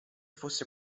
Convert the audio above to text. fosse